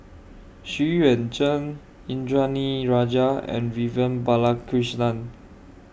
Xu Yuan Zhen Indranee Rajah and Vivian Balakrishnan